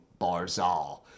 Barzal